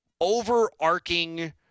overarching